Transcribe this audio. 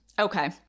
Okay